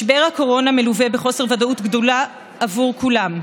משבר הקורונה מלווה בחוסר ודאות גדולה עבור כולם,